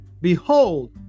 Behold